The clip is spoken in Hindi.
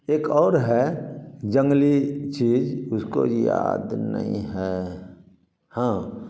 एक और है जंगली चीज़ उसको याद नहीं है हाँ